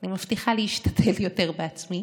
אני מבטיחה להשתדל יותר בעצמי,